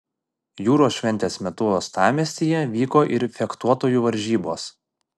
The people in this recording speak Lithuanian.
jūros šventės metu uostamiestyje vyko ir fechtuotojų varžybos